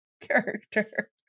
character